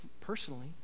personally